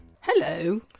hello